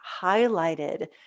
highlighted